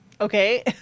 Okay